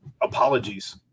apologies